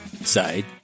side